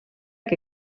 que